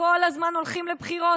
כל הזמן הולכים לבחירות,